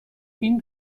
این